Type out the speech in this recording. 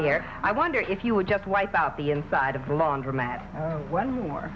here i wonder if you would just wipe out the inside of laundromat o